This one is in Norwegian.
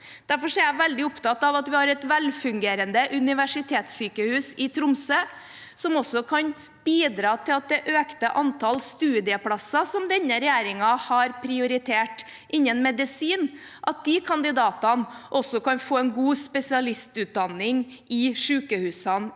Derfor er jeg veldig opptatt av at vi har et velfungerende universitetssykehus i Tromsø som kan bidra til at kandidatene til det økte antallet studieplasser som denne regjeringen har prioritert innen medisin, også kan få en god spesialistutdanning i sykehusene i